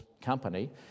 company